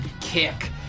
kick